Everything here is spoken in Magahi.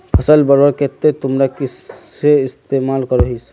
फसल बढ़वार केते तुमरा किसेर इस्तेमाल करोहिस?